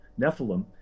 nephilim